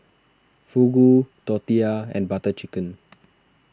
Fugu Tortillas and Butter Chicken